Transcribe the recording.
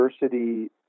diversity